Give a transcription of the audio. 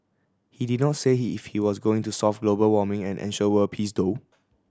he did not say he if he was going to solve global warming and ensure world peace though